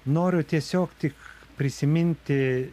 noriu tiesiog tik prisiminti